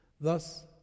thus